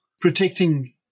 protecting